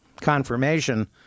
confirmation